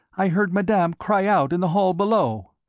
i heard madame cry out in the hall below.